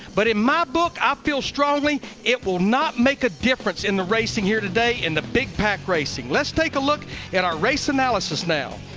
but in that my book i feel strongly, it will not make a difference in the racing here today in the big pac racing, let's take a look at our race analysis now.